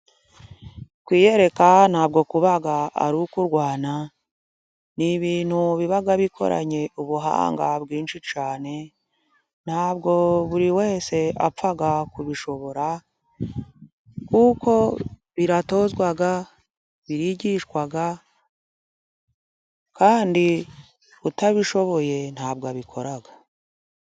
kwiyereka ntabwo kuba ari ukurwana, ni ibintu biba bikoranye ubuhanga bwinshi cyane. N,tabwo buri wese apfa kubishobora kuko biratozwa, birigishwa kandi utabishoboye ntabwo abikora.